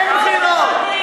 אין בחירות.